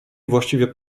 właściwie